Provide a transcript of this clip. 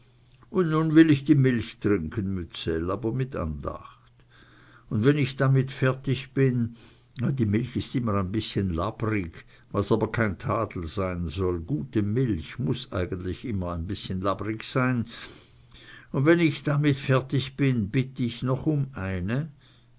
und nun will ich die milch trinken mützell aber mit andacht und wenn ich damit fertig bin die milch ist immer ein bißchen labbrig was aber kein tadel sein soll gute milch muß eigentlich immer ein bißchen labbrig sein wenn ich damit fertig bin bitt ich noch um eine